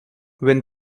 when